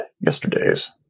yesterday's